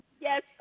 Yes